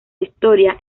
historia